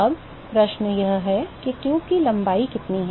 अब प्रश्न यह है कि ट्यूब की लंबाई कितनी है